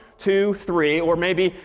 two, three. or maybe,